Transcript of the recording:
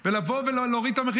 ולהוריד את המחירים.